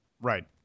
Right